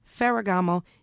Ferragamo